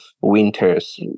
winters